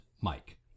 Mike